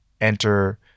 enter